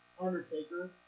Undertaker